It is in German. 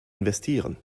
investieren